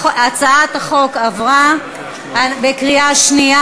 הצעת החוק עברה בקריאה שנייה.